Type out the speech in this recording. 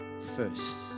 first